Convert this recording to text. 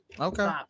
Okay